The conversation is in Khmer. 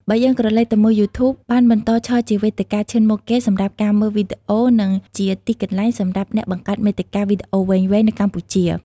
បើយើងក្រឡេកទៅមើល យូធូប បានបន្តឈរជាវេទិកាឈានមុខគេសម្រាប់ការមើលវីដេអូ និងជាទីកន្លែងសម្រាប់អ្នកបង្កើតមាតិកាវីដេអូវែងៗនៅកម្ពុជា។